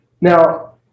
now